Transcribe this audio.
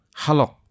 halok